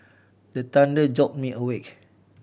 the thunder jolt me awake